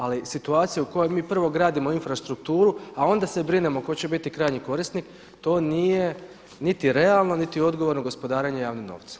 Ali situacija u kojoj mi prvo gradimo infrastrukturu a onda se brinemo tko će biti krajnji korisnik to nije niti realno, niti odgovorno gospodarenje javnim novcem.